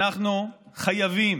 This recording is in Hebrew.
המסקנה העיקרית של אתמול: אנחנו חייבים